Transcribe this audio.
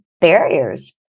barriers